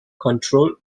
control